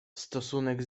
stosunek